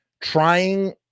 trying